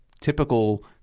typical